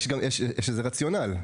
יש לזה רציונל.